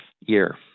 year